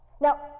Now